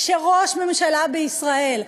כשראש ממשלה בישראל,